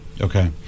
Okay